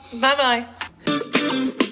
Bye-bye